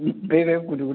बे बे गुदु गुदुआ